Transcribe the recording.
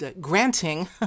granting